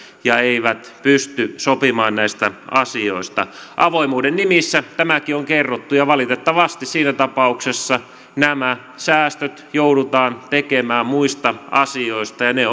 ja eivät pysty sopimaan näistä asioista avoimuuden nimissä tämäkin on kerrottu ja valitettavasti siinä tapauksessa nämä säästöt joudutaan tekemään muista asioista ja ne